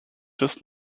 just